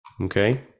Okay